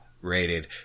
Rated